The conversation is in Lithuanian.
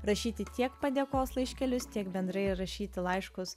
rašyti tiek padėkos laiškelius tiek bendrai rašyti laiškus